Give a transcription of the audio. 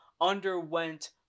underwent